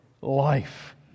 life